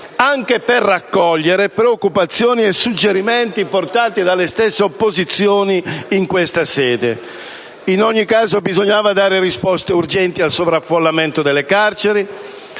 anche per raccogliere le preoccupazioni ed i suggerimenti espressi dalle stesse opposizioni in questa sede. In ogni caso, bisognava dare risposte urgenti rispetto al sovraffollamento delle carceri,